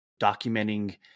documenting